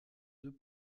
deux